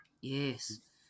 Yes